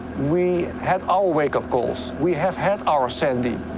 we had our wake-up calls. we have had our sandy.